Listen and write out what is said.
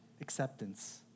acceptance